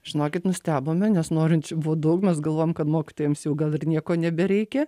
žinokit nustebome nes norinčių buvo daug mes galvojom kad mokytojams jau gal ir nieko nebereikia